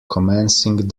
commencing